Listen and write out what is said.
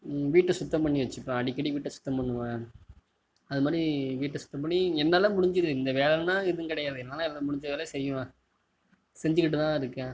வீட்டை சுத்தம் பண்ணி வச்சுப்பேன் அடிக்கடி வீட்டை சுத்தம் பண்ணுவேன் அதுமாதிரி வீட்டை சுத்தம் பண்ணி என்னால் முடிஞ்சது இந்த வேலைனா இதுவும் கிடையாது என்னால எல்லா முடிஞ்ச வேலையை செய்வேன் செஞ்சுகிட்டு தான் இருக்கேன்